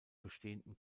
bestehenden